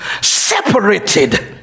separated